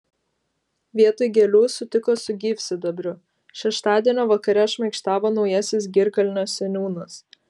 vietoj gėlių sutiko su gyvsidabriu šeštadienio vakare šmaikštavo naujasis girkalnio seniūnas